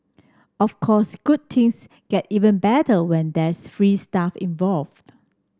of course good things get even better when there's free stuff involved